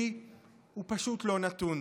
לי הוא פשוט לא נתון.